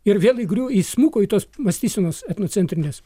ir vėl įgriuvo įsmuko į tos mąstysenos etnocentrinės